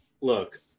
look